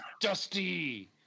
dusty